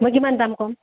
মই কিমান দাম কম